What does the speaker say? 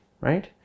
right